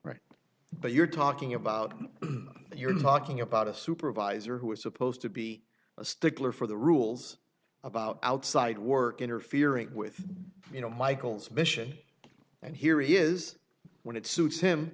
right but you're talking about you're talking about a supervisor who is supposed to be a stickler for the rules about outside work interfering with you know michael's mission and here is when it suits him